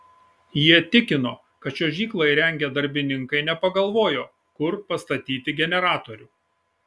jie tikino kad čiuožyklą įrengę darbininkai nepagalvojo kur pastatyti generatorių